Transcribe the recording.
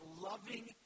loving